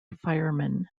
fireman